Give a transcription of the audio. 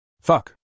Fuck